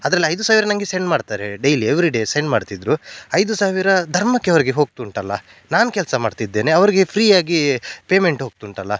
ಅದರಲ್ಲಿ ಐದು ಸಾವಿರ ನನಗೆ ಸೆಂಡ್ ಮಾಡ್ತಾರೆ ಡೈಲಿ ಎವ್ರಿಡೇ ಸೆಂಡ್ ಮಾಡ್ತಿದ್ದರು ಐದು ಸಾವಿರ ಧರ್ಮಕ್ಕೆ ಅವರಿಗೆ ಹೋಗ್ತುಂಟಲ್ಲ ನಾನು ಕೆಲಸ ಮಾಡ್ತಿದ್ದೇನೆ ಅವರಿಗೆ ಫ್ರೀಯಾಗಿ ಪೇಮೆಂಟ್ ಹೋಗ್ತುಂಟಲ್ಲ